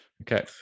Okay